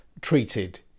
treated